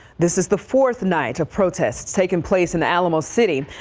this is the fourth night of protests taking place in the alamo city,